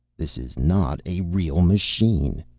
this is not a real machine.